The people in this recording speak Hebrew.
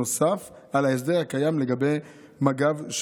נוסף להסדר הקיים לגבי מג"ב,